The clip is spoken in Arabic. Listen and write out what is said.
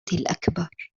الأكبر